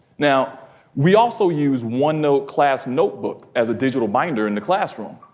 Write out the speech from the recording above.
now we also use onenote class notebook as a digital binder in the classroom.